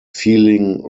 feeling